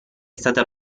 stata